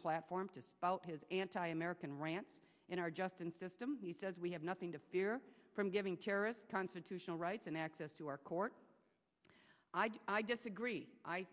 a platform to his anti american rant in are just and system he says we have nothing to fear from giving terrorists constitutional rights and access to our court i disagree i